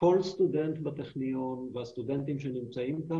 כל סטודנט בטכניון והסטודנטים שנמצאים כאן